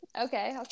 Okay